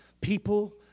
people